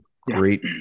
great